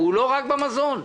לא רק על המזון,